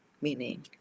meaning